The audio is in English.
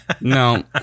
No